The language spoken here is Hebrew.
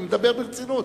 אני מדבר ברצינות.